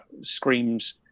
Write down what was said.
screams